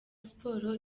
sports